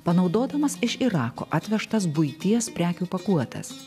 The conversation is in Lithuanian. panaudodamas iš irako atvežtas buities prekių pakuotes